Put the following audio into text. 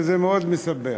זה מאוד מסבך.